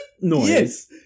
Yes